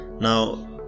Now